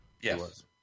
Yes